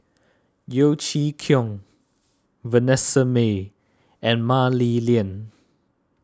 Yeo Chee Kiong Vanessa Mae and Mah Li Lian